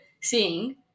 seeing